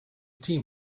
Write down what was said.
team